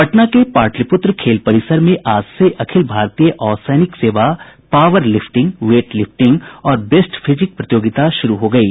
पटना के पाटलिपुत्र खेल परिसर में आज से अखिल भारतीय असैनिक सेवा पावर लिफ्टिंग वेट लिफ्टिंग और बेस्ट फिजिक प्रतियोगिता शुरू हो गयी